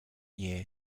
year